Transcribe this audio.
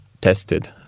tested